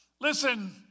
Listen